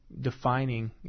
defining